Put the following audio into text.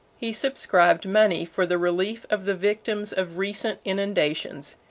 he subscribed money for the relief of the victims of recent inundations,